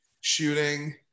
shooting